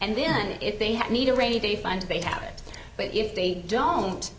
and then if they have need a rainy day fund they have it but if they don't